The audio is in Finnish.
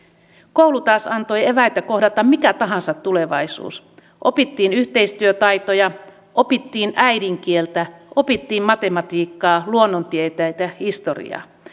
koulu taas antoi eväitä kohdata mikä tahansa tulevaisuus opittiin yhteistyötaitoja opittiin äidinkieltä opittiin matematiikkaa luonnontieteitä ja historiaa